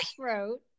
Throat